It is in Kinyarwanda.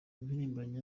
impirimbanyi